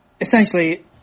essentially